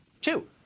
Two